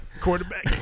Quarterback